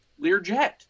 Learjet